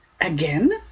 Again